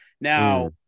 Now